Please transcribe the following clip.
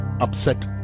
upset